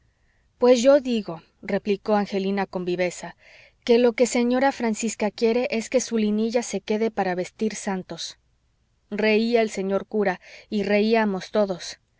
pues yo digo replicó angelina con viveza que lo que señora francisca quiere es que su linilla se quede para vestir santos reía el señor cura y reíamos todos